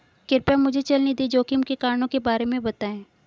कृपया मुझे चल निधि जोखिम के कारणों के बारे में बताएं